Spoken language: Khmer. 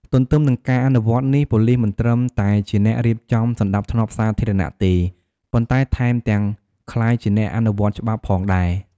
ទន្ទឹមនឹងការអនុវត្តន៍នេះ ប៉ូលីសមិនត្រឹមតែជាអ្នករៀបចំសណ្តាប់ធ្នាប់សាធារណៈទេ ប៉ុន្តែថែមទាំងក្លាយជាអ្នកអនុវត្តច្បាប់ផងដែរ។